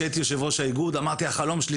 כשהייתי יושב-ראש האיגוד אמרתי שהחלום שלי